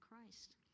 Christ